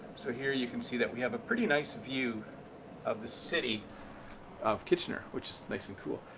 so here you can see that we have a pretty nice view of the city of kitchener, which is nice and cool.